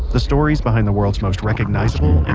the stories behind the world's most recognizable and